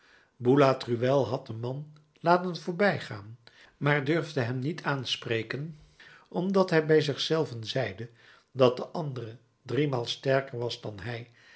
boulatruelle had den man laten voorbijgaan maar durfde hem niet aanspreken omdat hij bij zich zelven zeide dat de andere driemaal sterker was dan hij